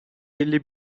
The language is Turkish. elli